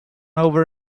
over